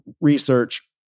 research